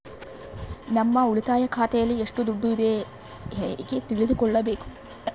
ನಮ್ಮ ಉಳಿತಾಯ ಖಾತೆಯಲ್ಲಿ ಎಷ್ಟು ದುಡ್ಡು ಇದೆ ಹೇಗೆ ತಿಳಿದುಕೊಳ್ಳಬೇಕು?